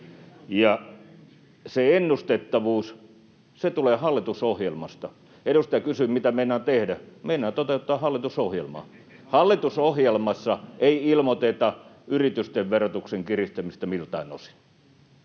Ja se ennustettavuus tulee hallitusohjelmasta. Edustaja kysyi, mitä meinaan tehdä. Meinaan toteuttaa hallitusohjelmaa. Hallitusohjelmassa ei ilmoiteta yritysten verotuksen kiristämisestä miltään osin,